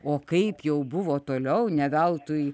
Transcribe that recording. o kaip jau buvo toliau ne veltui